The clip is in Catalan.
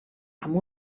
amb